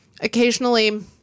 occasionally